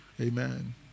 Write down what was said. Amen